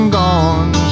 gone